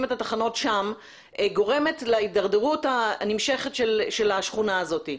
את התחנות שם גורמת להידרדרות הנמשכת של השכונה הזאת.